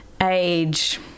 age